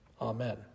Amen